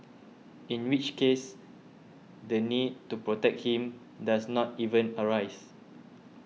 in which case the need to protect him does not even arise